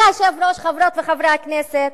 אדוני היושב-ראש, חברות וחברי הכנסת,